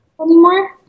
anymore